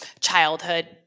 childhood